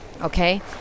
okay